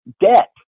debt